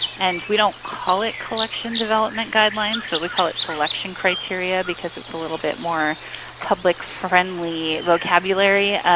and we don't call it collection development guidelines, but we call it selection criteria because it's a little bit more public friendly vocabulary.